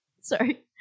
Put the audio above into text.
Sorry